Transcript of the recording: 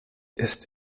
ist